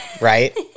Right